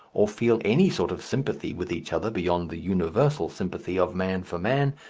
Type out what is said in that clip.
or feel any sort of sympathy with each other beyond the universal sympathy of man for man,